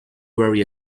very